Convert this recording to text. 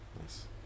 Nice